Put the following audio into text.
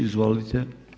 Izvolite.